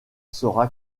sera